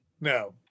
No